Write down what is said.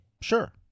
Sure